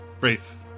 Wraith